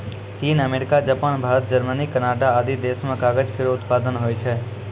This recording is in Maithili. चीन, America, Japan, Bharat, Germany, Canada आदि देस म कागज केरो उत्पादन होय छै